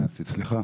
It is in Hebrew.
מה עשית.